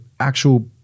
actual